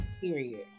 Period